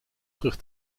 terug